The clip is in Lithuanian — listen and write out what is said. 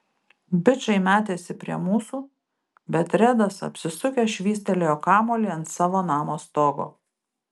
bičai metėsi prie mūsų bet redas apsisukęs švystelėjo kamuolį ant savo namo stogo